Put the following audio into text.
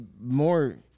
more